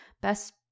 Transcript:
best